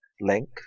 link